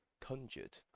conjured